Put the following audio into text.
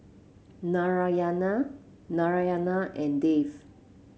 Narayana Narayana and Dev